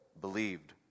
believed